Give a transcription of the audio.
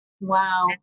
Wow